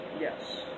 Yes